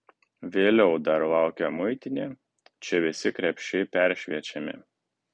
vėliau dar laukia muitinė čia visi krepšiai peršviečiami